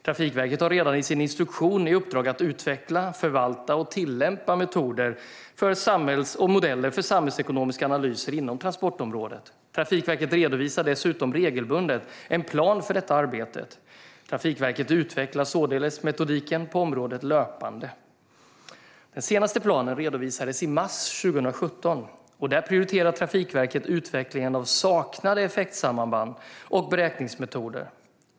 Trafikverket har redan i sin instruktion i uppdrag att utveckla, förvalta och tillämpa metoder och modeller för samhällsekonomiska analyser inom transportområdet. Trafikverket redovisar dessutom regelbundet en plan för detta arbete. Trafikverket utvecklar således metodiken på området löpande. Den senaste planen redovisades i mars 2017, och där prioriterar Trafikverket utvecklingen av saknade effektsamband och beräkningsmetoder.